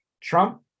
Trump